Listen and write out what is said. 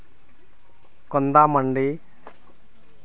ᱠᱚᱱᱫᱟ ᱢᱟᱱᱰᱤ